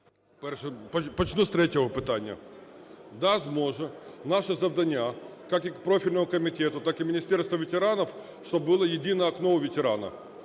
Почну з третього питання. Да, зможе. Наше завдання, як профільного комітету, так і Міністерства ветеранів, щоб було єдине вікно у ветерана,